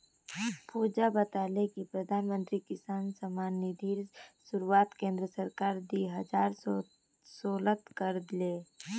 पुजा बताले कि प्रधानमंत्री किसान सम्मान निधिर शुरुआत केंद्र सरकार दी हजार सोलत कर ले